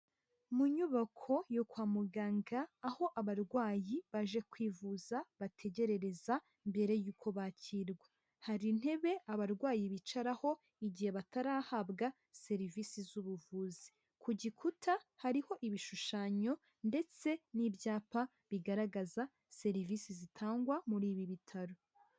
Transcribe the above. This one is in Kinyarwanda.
Mu nyubako yo kwa muganga aho abarwayi baje kwivuza bategerereza mbere y'uko bakirwa. Hari intebe abarwayi bicaraho igihe batarahabwa serivisi z'ubuvuzi. Ku gikuta hariho ibishushanyo ndetse n'ibyapa bigaragaza serivisi zitangwa muri ibi bitaro.